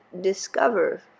discover